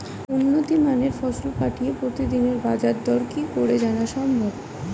উন্নত মানের ফসল পাঠিয়ে প্রতিদিনের বাজার দর কি করে জানা সম্ভব?